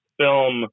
film